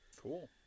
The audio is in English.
Cool